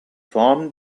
form